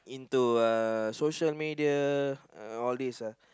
into uh social media uh all these uh